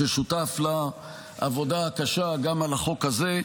ששותף לעבודה הקשה גם על החוק הזה.